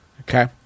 Okay